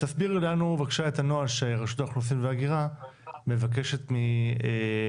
תסבירי לנו בקשה את הנוהל שרשות האוכלוסין וההגירה מבקשת מההורים,